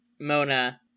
Mona